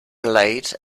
late